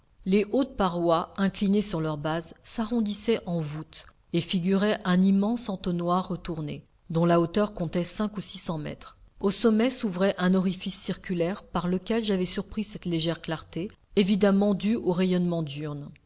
les hautes parois inclinées sur leur base s'arrondissaient en voûte et figuraient un immense entonnoir retourné dont la hauteur comptait cinq ou six cents mètres au sommet s'ouvrait un orifice circulaire par lequel j'avais surpris cette légère clarté évidemment due au rayonnement diurne